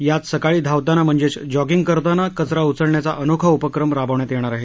यात सकाळी धावताना म्हणजेच जॉगिंग करताना कचरा उचलायला अनोखा उपक्रम राबण्यात येणार आहे